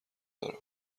دارم